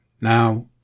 Now